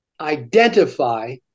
identify